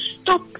stop